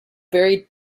very